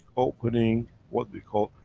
opening what we call,